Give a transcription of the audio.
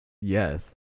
Yes